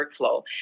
workflow